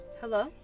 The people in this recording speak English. Hello